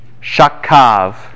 Shakav